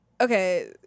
okay